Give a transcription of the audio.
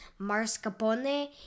Marscapone